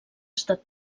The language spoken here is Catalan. estat